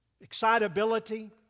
excitability